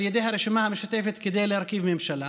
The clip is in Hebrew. ידי הרשימה המשותפת כדי להרכיב ממשלה,